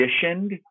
conditioned